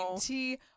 tea